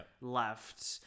left